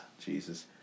Jesus